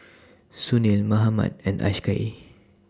Sunil Mahatma and Akshay